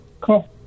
Cool